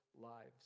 lives